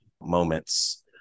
moments